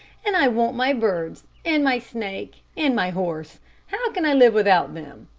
and i want my birds, and my snake, and my horse how can i live without them?